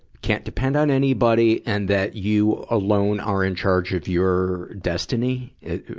can't depend on anybody and that you alone are in charge of your destiny?